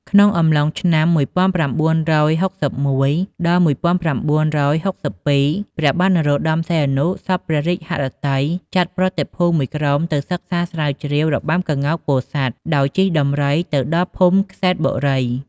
ក្នុងអំឡុងឆ្នាំ ១៩៦១ ដល់ ១៩៦២ ព្រះបាទនរោត្ដម សីហនុ សព្វព្រះរាជហឫទ័យចាត់ប្រតិភូមួយក្រុមទៅសិក្សាស្រាវជ្រាវរបាំក្ងោកពោធិ៍សាត់ ដោយជិះដំរីទៅដល់ភូមិក្សេត្របុរី ។